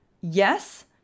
yes